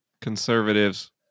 conservatives